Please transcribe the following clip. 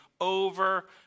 over